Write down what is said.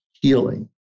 healing